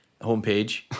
homepage